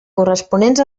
corresponents